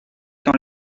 dans